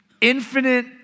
infinite